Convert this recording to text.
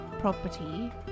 property